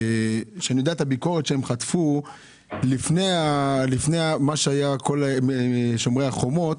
אני מכיר את הביקורת שהם חטפו לפני מה שהיה בשומר החומות,